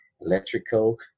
electrical